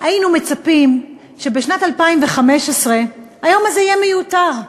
היינו מצפים שבשנת 2015 היום הזה יהיה מיותר,